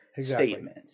statement